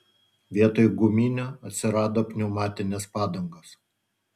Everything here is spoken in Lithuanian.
vietoj guminių atsirado pneumatinės padangos